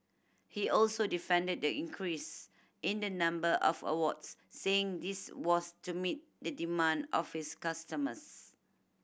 he also defended the increase in the number of awards saying this was to meet the demand of his customers